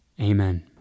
Amen